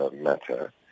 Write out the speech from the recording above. matter